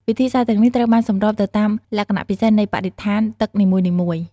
វិធីសាស្ត្រទាំងនេះត្រូវបានសម្របទៅតាមលក្ខណៈពិសេសនៃបរិស្ថានទឹកនីមួយៗ។